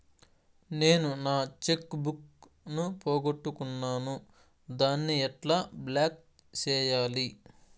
నేను నా cheque book ను పోగొట్టుకున్నాను దాన్ని ఎట్లా బ్లాక్ సేయాలి?